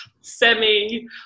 semi